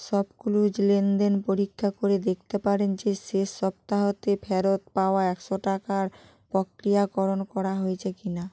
ShopClues লেনদেন পরীক্ষা করে দেখতে পারেন যে শেষ সপ্তাহতে ফেরত পাওয়া একশো টাকার প্রক্রিয়াকরণ করা হয়েছে কিনা